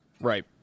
right